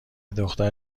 دختر